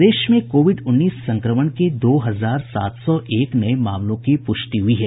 प्रदेश में कोविड उन्नीस संक्रमण के दो हजार सात सौ एक नये मामलों की पुष्टि हुई है